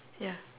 ya